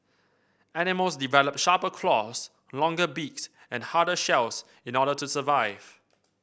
animals develop sharper claws longer beaks and harder shells in the order to survive